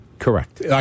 Correct